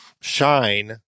shine